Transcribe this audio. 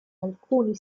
alcuni